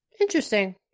Interesting